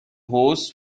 hosts